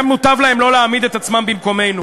מוטב להן לא להעמיד את עצמן במקומנו,